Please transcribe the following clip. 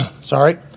sorry